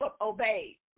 obeyed